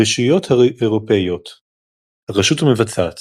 הרשויות האירופיות הרשות המבצעת